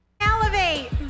Elevate